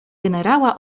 generała